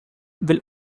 will